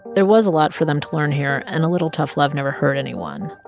there was a lot for them to learn here. and a little tough love never hurt anyone.